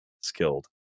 skilled